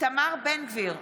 איתמר בן גביר,